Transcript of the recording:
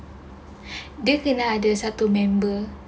dia ni lah ada satu member